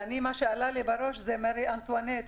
מה שעלה לי לראש זו מארי אנטואנט,